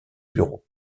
bureau